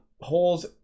holes